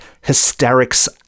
hysterics